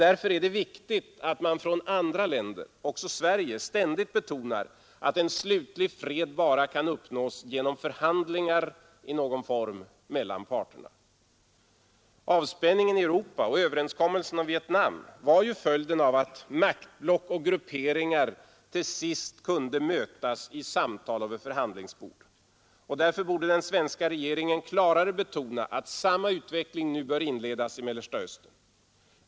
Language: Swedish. Därför är det viktigt att man från andra länder, också Sverige, ständigt betonar att en slutlig fred bara kan uppnås genom förhandlingar i någon form mellan parterna. Avspänningen i Europa och överenskommelsen om Vietnam var ju följden av att maktblock och grupperingar till sist kunde mötas i samtal och vid förhandlingsbord. Därför borde den svenska regeringen klarare betona att samma utveckling nu bör inledas i Mellersta Östern.